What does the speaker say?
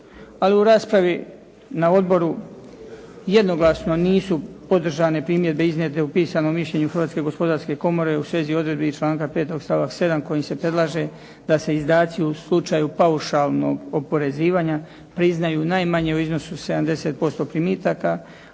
Ali u raspravi na odboru jednoglasno nisu podržane primjedbe iznijete u pisanom mišljenju Hrvatske gospodarske komore u svezi odredbi iz članka 5. stavak 7. kojim se predlaže da se izdaci u slučaju paušalnog oporezivanja priznaju najmanje u iznosu 70% primitaka,